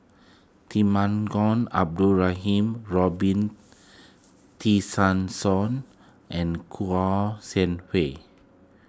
Temenggong Abdul Rahman Robin Tessensohn and Kouo Shang Wei